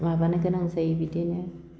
माबानो गोनां जायो बिदिनो